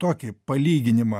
tokį palyginimą